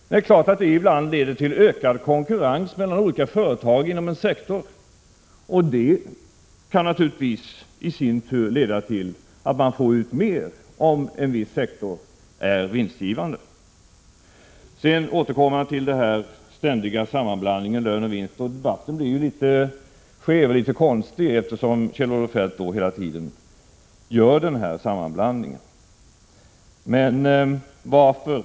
Det är klart att det inom en sektor ibland leder till en ökning av konkurrensen mellan olika företag. Detta kan naturligtvis i sin tur leda till att man får ut mer, om en viss sektor är vinstgivande. Sedan till den ständigt återkommande sammanblandningen av lön och vinst. Debatten blir ju litet konstig, eftersom Kjell-Olof Feldt hela tiden gör sig skyldig till denna sammanblandning.